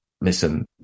listen